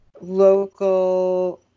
local –